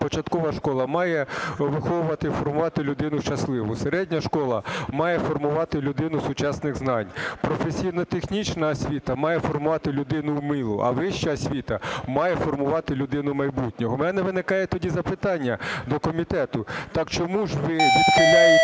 початкова школа має виховувати, формувати людину щасливу. Середня школа має формувати людину сучасних знань. Професійно-технічна освіта має формувати людину вмілу. А вища освіта має формувати людину майбутнього. У мене виникає тоді запитання до комітету. Так чому ж ви тоді відхиляєте